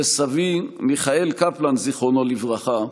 וסבי מיכאל קפלן, זיכרונו לברכה,